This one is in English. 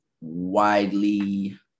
widely